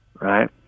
right